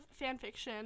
fanfiction